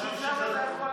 זה הכי